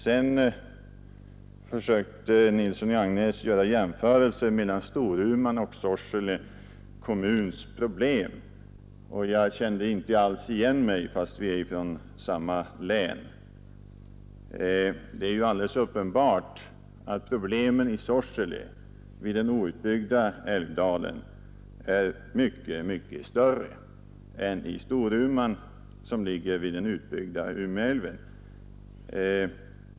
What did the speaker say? Herr Nilsson i Agnäs försökte göra jämförelser mellan Storumans och Sorseles problem, och jag kände inte alls igen mig fast vi är från samma län. Det är alldeles uppenbart att problemen i Sorsele vid den outbyggda älvdalen är mycket större än i Storuman som ligger vid den utbyggda Umeälven.